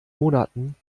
monaten